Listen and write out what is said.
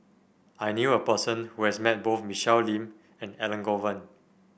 I knew a person who has met both Michelle Lim and Elangovan